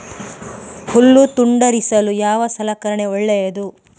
ಹುಲ್ಲು ತುಂಡರಿಸಲು ಯಾವ ಸಲಕರಣ ಒಳ್ಳೆಯದು?